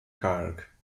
kalk